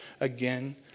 Again